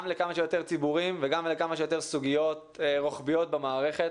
כמה שיותר ציבורים וגם לכמה שיותר סוגיות רוחביות במערכת